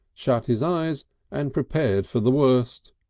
shut his eyes and prepared for the worst.